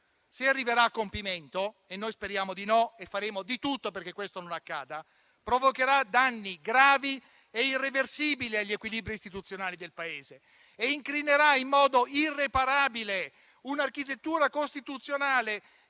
arriverà a compimento - noi speriamo di no e faremo di tutto perché non accada - provocherà danni gravi e irreversibili agli equilibri istituzionali del Paese e incrinerà in modo irreparabile un'architettura costituzionale